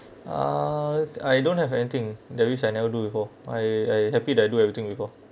uh I don't have anything there is I never do before I I happy that I do everything before